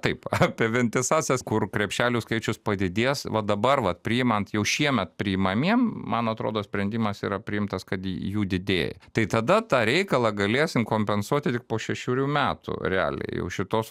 taip apie vientisąsias kur krepšelių skaičius padidės va dabar vat priimant jau šiemet priimamiem man atrodo sprendimas yra priimtas kad jų didėja tai tada tą reikalą galėsim kompensuoti tik po šešerių metų realiai jau šitos